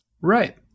Right